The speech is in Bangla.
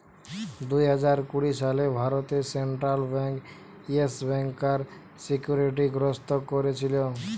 দুই হাজার কুড়ি সালে ভারতে সেন্ট্রাল বেঙ্ক ইয়েস ব্যাংকার সিকিউরিটি গ্রস্ত কোরেছিল